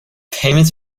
payments